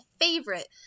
favorite